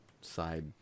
side